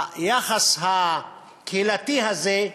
היחס הקהילתי הזה,